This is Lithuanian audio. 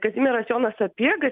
kazimieras jonas sapiega